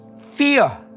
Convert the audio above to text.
fear